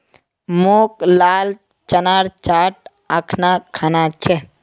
मोक लाल चनार चाट अखना खाना छ